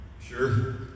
Sure